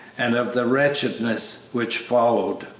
and of the wretchedness which followed.